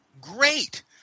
great